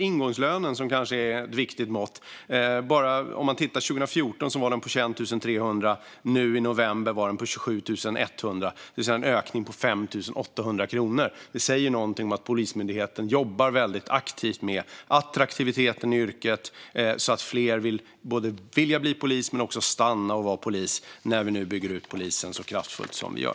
Ingångslönen, som kanske är ett viktigt mått, var 21 300 kronor år 2014; i november 2020 var den 27 100. Den hade alltså ökat med 5 800 kronor. Det säger någonting om att Polismyndigheten jobbar väldigt aktivt med attraktiviteten i yrket för att fler ska vilja bli polis och för att fler ska stanna och vara polis när vi nu bygger ut polisen så kraftfullt som vi gör.